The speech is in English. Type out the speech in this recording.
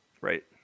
Right